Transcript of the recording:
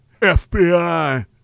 FBI